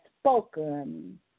spoken